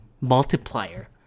multiplier